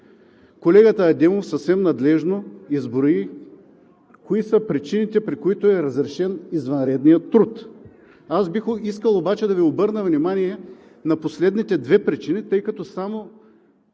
Колегата Адемов съвсем надлежно изброи кои са причините, при които е разрешен извънредният труд. Аз бих искал обаче да Ви обърна внимание на последните две причини, тъй като само